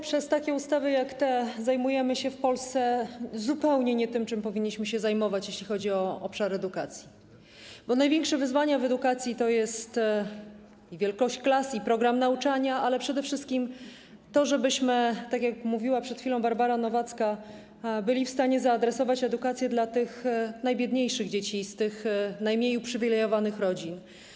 Przez takie ustawy jak ta zajmujemy się w Polsce zupełnie nie tym, czym powinniśmy się zajmować, jeśli chodzi o obszar edukacji, bo największe wyzwania w edukacji to jest i wielkość klas, i program nauczania, ale przede wszystkim to, żebyśmy, tak jak mówiła przed chwilą Barbara Nowacka, byli w stanie zaadresować edukację do tych najbiedniejszych dzieci, z tych najmniej uprzywilejowanych rodzin.